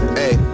hey